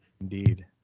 Indeed